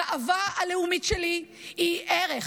הגאווה הלאומית שלי היא ערך.